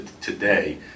today